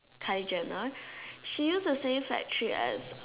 Kylie-Jenner she use the same factory as